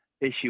issue